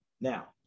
Now